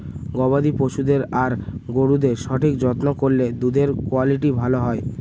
গবাদি পশুদের আর গরুদের সঠিক যত্ন করলে দুধের কুয়ালিটি ভালো হয়